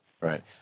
right